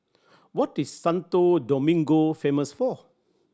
what is Santo Domingo famous for